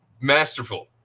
masterful